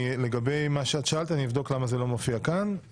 לגבי מה ששאלת, אני אבדוק למה זה לא מופיע כאן.